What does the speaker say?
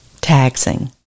taxing